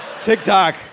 TikTok